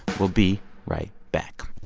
we'll be right back